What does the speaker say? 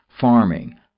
farming